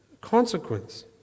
consequence